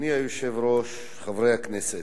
אדוני היושב-ראש, חברי הכנסת,